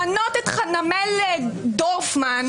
למנות את חנמאל דורפמן,